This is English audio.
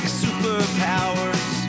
superpowers